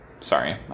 Sorry